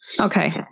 Okay